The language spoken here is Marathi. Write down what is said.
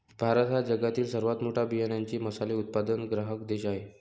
भारत हा जगातील सर्वात मोठा बियांचे मसाले उत्पादक ग्राहक देश आहे